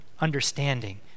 understanding